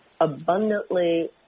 abundantly